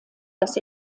das